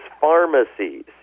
Pharmacies